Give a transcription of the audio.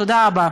תודה רבה.